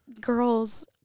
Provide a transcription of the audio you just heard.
girls